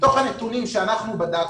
מתוך הנתונים שאנחנו בדקנו,